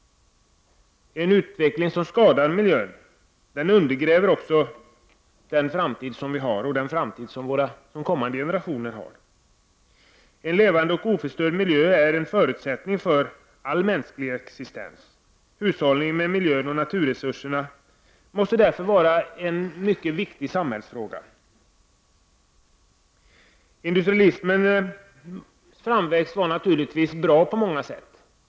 En utveckling som skadar miljön undergräver också vår och kommande generationers framtid. En levande och oförstörd miljö är en förutsättning för all mänsklig existens. Hushållning med miljön och naturresurserna måste därför anses vara en mycket viktig samhällsfråga. Industrialismens framväxt var naturligtvis på många sätt bra.